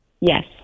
Yes